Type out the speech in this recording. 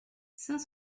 cent